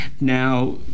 Now